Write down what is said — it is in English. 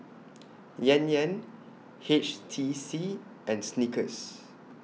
Yan Yan H T C and Snickers